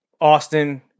Austin